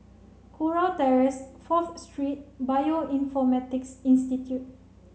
Kurau Terrace Fourth Street Bioinformatics Institute